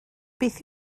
beth